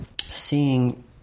seeing